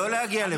לא להגיע לפה.